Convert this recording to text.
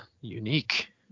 Unique